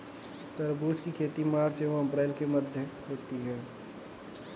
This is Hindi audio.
तरबूज की खेती मार्च एंव अप्रैल के मध्य होती है